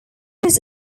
his